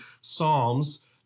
Psalms